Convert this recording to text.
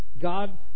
God